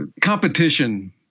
competition